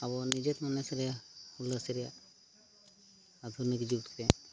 ᱟᱵᱚ ᱱᱤᱡᱮᱨ ᱢᱚᱱᱮ ᱨᱮᱭᱟᱜ ᱦᱩᱞᱟᱹᱥ ᱨᱮᱭᱟᱜ ᱟᱫᱷᱩᱱᱤᱠ ᱡᱩᱜᱽᱨᱮ